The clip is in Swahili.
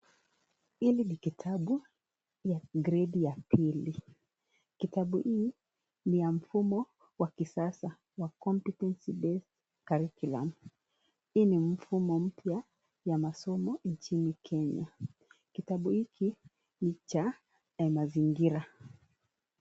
Hili ni kitabu ya gredi la pili. Kitabu hii ni wa mfumo wa kisasa wa competence Best curriculum hii ni mfumo mpya Wa masomo ya nchini Kenya. Kitabu hiki ni cha mazingira.